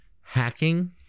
hacking